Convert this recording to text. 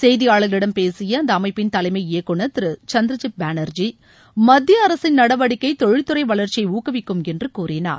செய்தியாளர்களிடம் பேசிய அந்த அமைப்பின் தலைமை இயக்குநர் திரு சந்திரஜிப் பேளர்ஜி மத்திய அரசின் நடவடிக்கை தொழில் துறை வர்ச்சியை ஊக்குவிக்கும் என்று கூறினார்